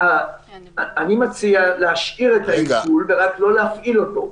אני מציע להשאיר את העיקול ורק לא להפעיל אותו.